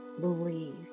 believe